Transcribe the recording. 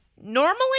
normally